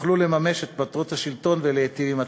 תוכלו לממש את מטרות השלטון ולהיטיב עם הציבור.